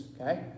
okay